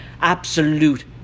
absolute